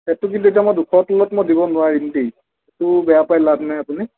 ৰে'টতো কিন্তু এতিয়া মই দুশৰ তলত মই দিব নোৱাৰিম দেই সেইটো বেয়া পায় লাভ নাই আপুনি